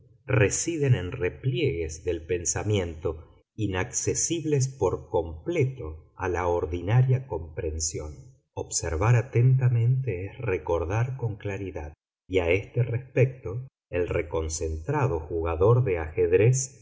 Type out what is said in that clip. residen en repliegues del pensamiento inaccesibles por completo a la ordinaria comprensión observar atentamente es recordar con claridad y a este respecto el reconcentrado jugador de ajedrez